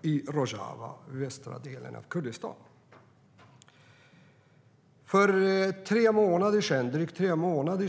Det är i Rojava i den västra delen av Kurdistan. För drygt tre månader